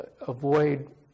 avoid